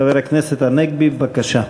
חבר הכנסת הנגבי, בבקשה.